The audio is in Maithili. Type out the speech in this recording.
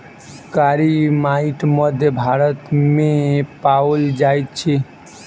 कारी माइट मध्य भारत मे पाओल जाइत अछि